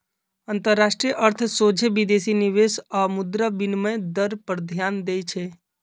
अंतरराष्ट्रीय अर्थ सोझे विदेशी निवेश आऽ मुद्रा विनिमय दर पर ध्यान देइ छै